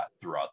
throughout